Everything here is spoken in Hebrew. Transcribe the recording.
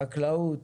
חקלאות,